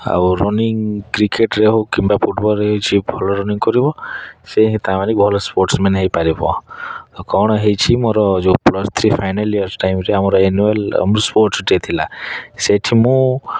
ଆଉ ରନିଙ୍ଗ କ୍ରିକେଟରେ ହଉ କିମ୍ବା ଫୁଟବଲରେ ଯିଏ ଭଲ ରନିଙ୍ଗ କରିବ ସେ ହିଁ ତା'ହେଲେ ଭଲ ସ୍ପୋର୍ଟ୍ସମ୍ୟାନ୍ ହେଇପାରିବ କ'ଣ ହେଇଛି ମୋର ଯେଉଁ ପ୍ଲସ୍ ଥ୍ରୀ ଫାଇନାଲ୍ ଇୟର୍ ଟାଇମ୍ରେ ଆମର ଆନୁଆଲ୍ ସ୍ପୋର୍ଟ୍ସ ଡ଼େ ଥିଲା ସେଇଠି ମୁଁ